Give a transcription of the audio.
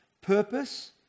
purpose